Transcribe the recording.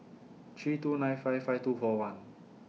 three two nine five five two four one